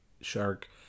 Shark